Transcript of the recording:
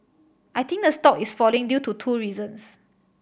I think the stock is falling due to two reasons